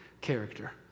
character